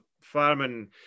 farming